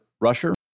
rusher